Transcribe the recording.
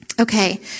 Okay